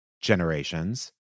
generations